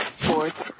sports